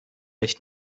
beş